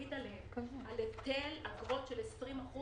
להכביד בהיטל של 20%